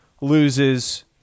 loses